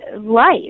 life